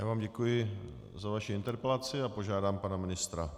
Já vám děkuji za vaši interpelaci a požádám pana ministra.